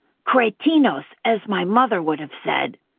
cretinos, as my mother would have said.